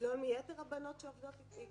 לשלול מיתר הבנות שעובדות איתי,